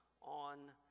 on